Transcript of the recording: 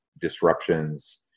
disruptions